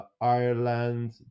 ireland